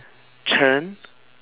chen